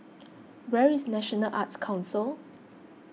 where is National Arts Council